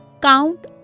count